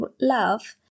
love